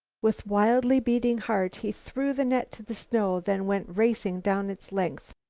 with wildly beating heart, he threw the net to the snow, then went racing down its length.